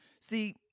See